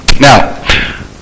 Now